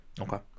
Okay